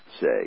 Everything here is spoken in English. say